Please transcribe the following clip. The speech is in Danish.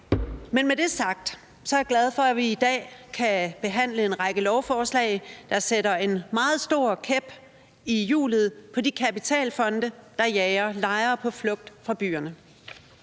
Men med det sagt er jeg glad for, at vi i dag kan behandle en række lovforslag, der sætter en meget store kæp i hjulet på de kapitalfonde, der jager lejere på flugt fra byerne.